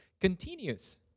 continues